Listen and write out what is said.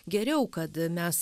geriau kad mes